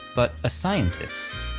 but a scientist.